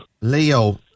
Leo